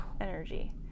energy